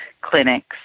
clinics